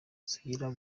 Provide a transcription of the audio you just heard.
sugira